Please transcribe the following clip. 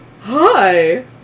Hi